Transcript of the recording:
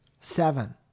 Seven